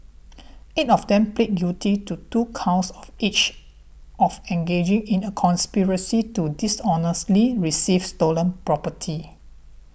eight of them pleaded guilty to two counts of each of engaging in a conspiracy to dishonestly receive stolen property